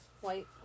white